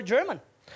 German